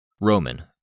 Roman